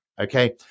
Okay